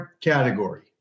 category